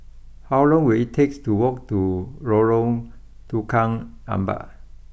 how long will it take to walk to Lorong Tukang Empat